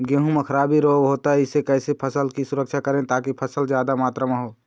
गेहूं म खराबी रोग होता इससे कैसे फसल की सुरक्षा करें ताकि फसल जादा मात्रा म हो?